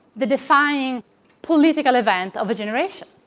the defining political event of a generation,